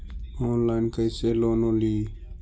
Online कैसे loan ली?